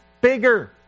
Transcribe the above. bigger